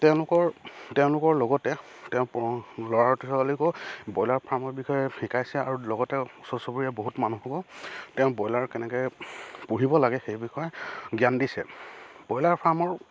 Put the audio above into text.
তেওঁলোকৰ তেওঁলোকৰ লগতে তেওঁ ল'ৰা ছোৱালীকো ব্ৰইলাৰ ফাৰ্মৰ বিষয়ে শিকাইছে আৰু লগতে ওচৰ চুবুৰীয়া বহুত মানুহকো তেওঁ ব্ৰইলাৰ কেনেকৈ পুহিব লাগে সেই বিষয়ে জ্ঞান দিছে ব্ৰইলাৰ ফাৰ্মৰ